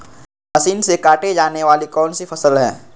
Machine से काटे जाने वाली कौन सी फसल है?